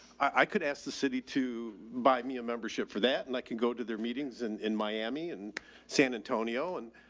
i could ask the city to buy me a membership for that and i can go to their meetings and in miami and san antonio and